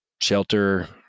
shelter